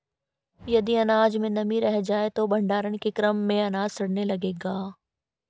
यदि अनाज में नमी रह जाए तो भण्डारण के क्रम में अनाज सड़ने लगेगा